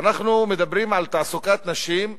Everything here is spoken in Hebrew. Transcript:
כשאנחנו מדברים על תעסוקת נשים,